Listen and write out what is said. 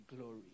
glory